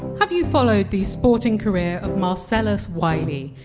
have you followed the sporting career of marcellus wiley?